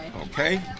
Okay